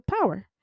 Power